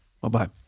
Bye-bye